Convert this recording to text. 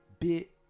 bit